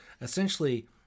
essentially